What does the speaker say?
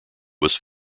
was